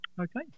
Okay